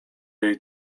jej